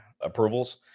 approvals